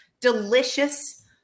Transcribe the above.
delicious